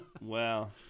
Wow